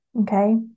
okay